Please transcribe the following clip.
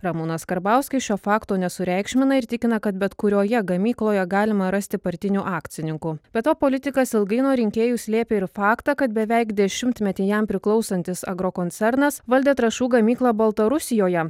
ramūnas karbauskis šio fakto nesureikšmina ir tikina kad bet kurioje gamykloje galima rasti partinių akcininkų be to politikas ilgai nuo rinkėjų slėpė ir faktą kad beveik dešimtmetį jam priklausantis agrokoncernas valdė trąšų gamyklą baltarusijoje